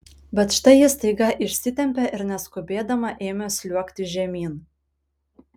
bet štai ji staiga išsitempė ir neskubėdama ėmė sliuogti žemyn